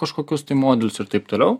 kažkokius tai modelius ir taip toliau